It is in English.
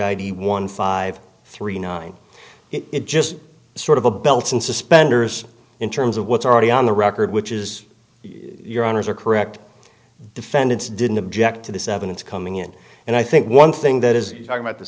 eighty one five three nine it just sort of a belt and suspenders in terms of what's already on the record which is your honour's are correct defendants didn't object to this evidence coming in and i think one thing that is